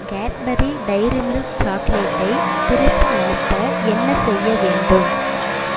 Cadbury Dairy Milk சாக்லேட்டை திருப்பி அனுப்ப என்ன செய்ய வேண்டும்